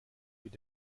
mit